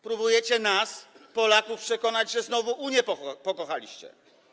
Próbujecie nas, Polaków, przekonać, że znowu Unię pokochaliście.